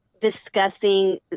discussing